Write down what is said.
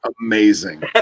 amazing